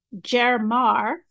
Jermar